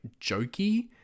jokey